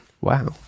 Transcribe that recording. Wow